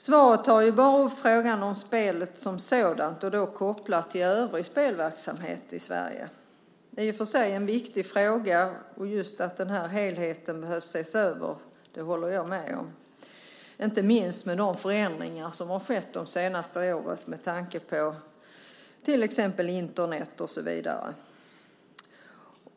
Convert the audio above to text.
Svaret tar bara upp frågan om spelet som sådant och då kopplat till övrig spelverksamhet i Sverige. Det är i och för sig en viktig fråga. Att denna helhet behöver ses över håller jag med om, inte minst med tanke på de förändringar som har skett de senaste åren med Internet och så vidare.